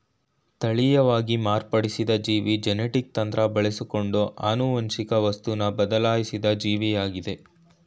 ತಳೀಯವಾಗಿ ಮಾರ್ಪಡಿಸಿದ ಜೀವಿ ಜೆನೆಟಿಕ್ ತಂತ್ರ ಬಳಸ್ಕೊಂಡು ಆನುವಂಶಿಕ ವಸ್ತುನ ಬದ್ಲಾಯ್ಸಿದ ಜೀವಿಯಾಗಯ್ತೆ